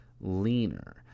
leaner